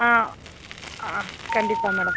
ஆ கண்டிப்பாக மேடம்